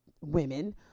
women